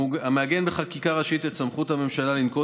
המעגן בחקיקה ראשית את סמכות הממשלה לנקוט